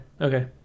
Okay